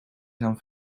gaan